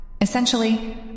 Essentially